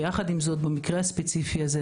ועם זאת במקרה הספציפי הזה,